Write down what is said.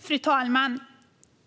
Fru talman!